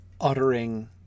uttering